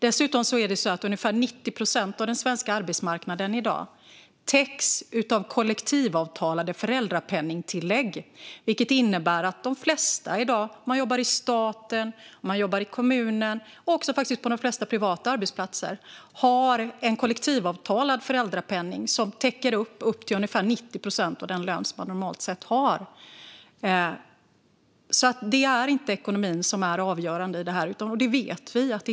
Dessutom täcks i dag ungefär 90 procent av den svenska arbetsmarknaden av kollektivavtalade föräldrapenningtillägg. Det innebär att de flesta i dag - i staten, i kommunerna och faktiskt också på de flesta privata arbetsplatser - har en kollektivavtalad föräldrapenning som täcker upp uppemot 90 procent av den lön man normalt sett har. Det är alltså inte ekonomin som är avgörande här, och det vet vi.